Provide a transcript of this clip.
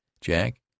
Jack